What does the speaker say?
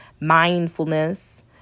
mindfulness